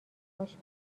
هاش